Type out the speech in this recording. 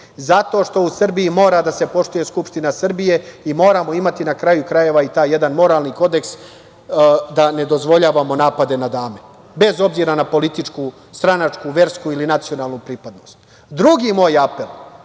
zato što u Srbiji mora da se poštuje Skupština Srbije i moramo imati, na kraju krajeva, i taj jedan moralni kodeks, da ne dozvoljavamo napade na dame, bez obzira na političku, stranačku, versku ili nacionalnu pripadnost. Drugi moj apel